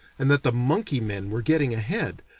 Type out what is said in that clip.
and that the monkey-men were getting ahead,